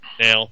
Now